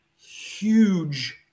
huge